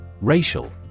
Racial